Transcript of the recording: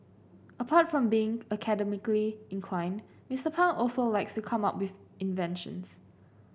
apart from being academically inclined Mister Pang also likes to come up with inventions